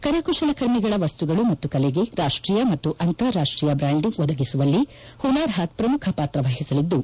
ಕರಕುಶಲ ಕರ್ಮಿಗಳ ವಸ್ತುಗಳು ಮತ್ತು ಕಲೆಗೆ ರಾಷ್ಟೀಯ ಮತ್ತು ಅಂತಾರಾಷ್ಟೀಯ ಬ್ರಾಂಡಿಂಗ್ ಒದಗಿಸುವಲ್ಲಿ ಹುನಾರ್ ಹಾತ್ ಶ್ರಮುಖ ಪಾತ್ರ ವಹಿಸಲಿದ್ದು